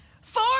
Four